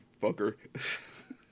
fucker